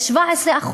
על 17%,